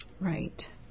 Right